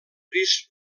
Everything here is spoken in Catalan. gris